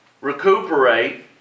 recuperate